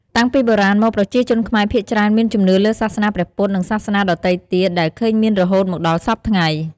តាំងពីបុរាណមកប្រជាជនខ្មែរភាគច្រើនមានជំនឿលើសាសនាព្រះពុទ្ធនិងសាសនាដទៃទៀត ដែលឃើញមានរហូតមកដល់សព្វថ្ងៃ។